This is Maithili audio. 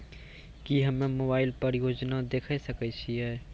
की हम्मे मोबाइल पर योजना देखय सकय छियै?